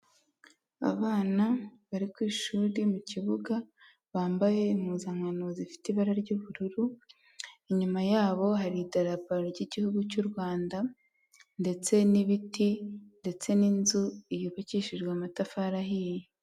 Abana bari ku ishuri mu kibuga bambaye impuzankano zifite ibara ry'ubururu, inyuma yabo hari idarapo ry'igihugu cy'U Rwanda, ndetse n'ibiti, ndetse n'inzu yubakishijwe amatafari ahiye.